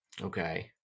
okay